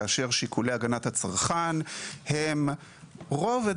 כאשר שיקולי הגנת הצרכן הם רק רובד